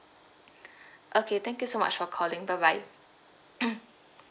okay thank you so much for calling bye bye